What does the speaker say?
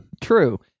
true